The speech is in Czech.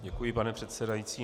Děkuji, pane předsedající.